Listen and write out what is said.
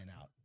out